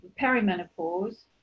perimenopause